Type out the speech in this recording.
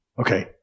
Okay